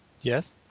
Yes